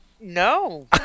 No